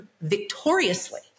victoriously